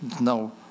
No